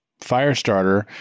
Firestarter